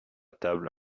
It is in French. table